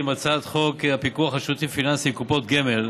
הצעת חוק הפיקוח על שירותים פיננסיים (קופות גמל)